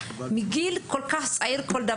שצריך להתחיל מגיל כל כך צעיר.